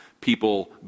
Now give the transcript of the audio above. people